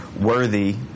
worthy